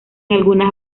algunas